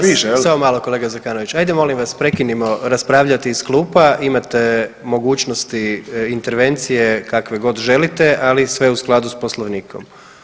Molim vas, samo malo kolega Zekanović, ajde molim vas prekinimo raspravljati iz klupa imate mogućnosti intervencije kakve god želite ali sve u skladu s Poslovnikom.